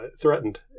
threatened